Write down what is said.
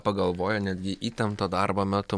pagalvoja netgi įtempto darbo metu